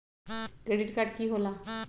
Credit card की होला?